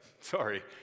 Sorry